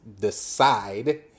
decide